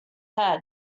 head